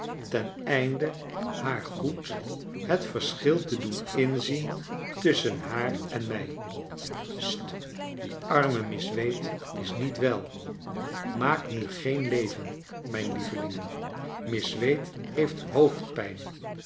ten einde haar goed het verschil te doen inzien tusschen haar en mij st die arme miss wade is niet wel maak nu geen leven mij n lievelingen miss wade heeft